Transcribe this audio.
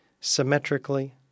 symmetrically